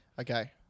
Okay